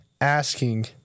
asking